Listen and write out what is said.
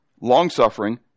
long-suffering